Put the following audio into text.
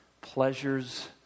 pleasures